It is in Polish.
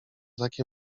takie